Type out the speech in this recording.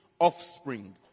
offspring